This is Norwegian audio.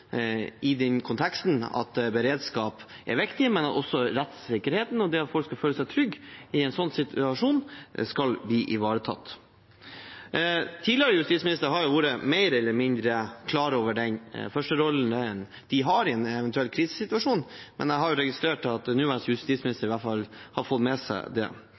i den konteksten beredskap er viktig, men også rettssikkerheten og det at folk skal føle seg trygge i en slik situasjon, skal bli ivaretatt. Tidligere justisministere har vært mer eller mindre klar over den førsterollen de har i en eventuell krisesituasjon, men jeg har registrert at nåværende justisminister i hvert fall har fått med seg det.